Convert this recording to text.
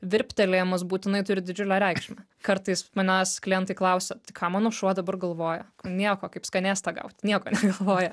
virptelėjimas būtinai turi didžiulę reikšmę kartais manęs klientai klausia tai ką mano šuo dabar galvoja nieko kaip skanėstą gaut nieko negalvoja